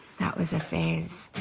that was a phase.